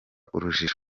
urujijo